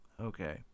Okay